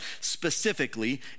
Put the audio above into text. specifically